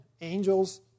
angels